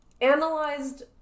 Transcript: analyzed